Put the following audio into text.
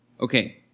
Okay